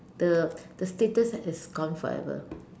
the the status that is gone forever